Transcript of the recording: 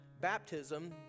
baptism